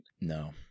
No